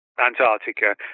Antarctica